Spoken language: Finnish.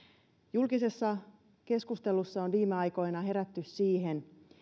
julkisessa keskustelussa on viime aikoina herätty siihen